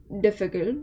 difficult